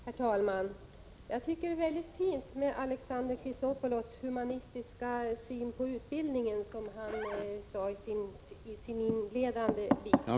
Herr talman! Jag tycker det är väldigt fint med den humanistiska syn på utbildningen som Alexander Chrisopolous förde fram i sitt inledningsanförande.